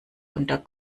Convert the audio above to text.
unter